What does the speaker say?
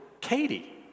Katie